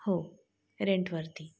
हो रेंटवरती